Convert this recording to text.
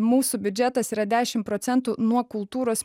mūsų biudžetas yra dešim procentų nuo kultūros